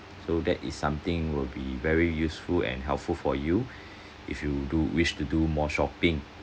so that is something will be very useful and helpful for you if you do wish to do more shopping